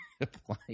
apply